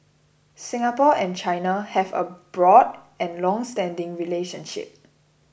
Singapore and China have a broad and longstanding relationship